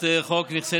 הכנסת